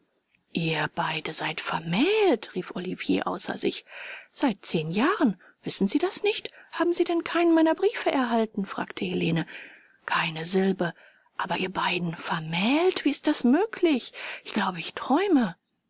ihr beide seid vermählt rief olivier außer sich seit zehn jahren wissen sie das nicht haben sie denn keinen meiner briefe erhalten fragte helene keine silbe aber ihr beiden vermählt wie ist das möglich ich glaube ich träume